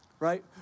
Right